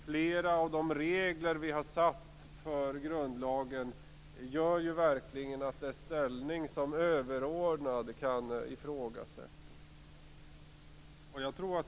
Flera av de regler vi har satt upp för grundlagen gör att dess ställning som överordnad kan ifrågasättas.